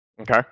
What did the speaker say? okay